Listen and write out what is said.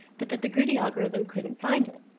but that the greedy algorithm couldn't find it.